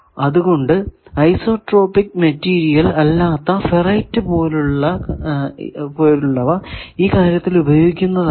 അതുകൊണ്ടു isotropic material അല്ലാത്ത ferrite പോലുള്ളവ ഈ കാര്യത്തിൽ ഉപയോഗിക്കുന്നതല്ല